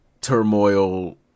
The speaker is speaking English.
turmoil